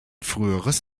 früheres